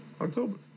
October